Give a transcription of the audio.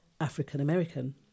African-American